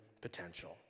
potential